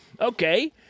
Okay